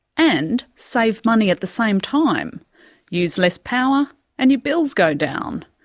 and save money at the same time use less power and your bills go down.